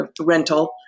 rental